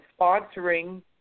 sponsoring